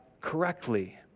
correctly